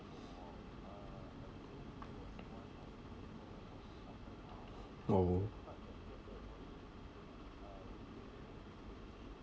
oh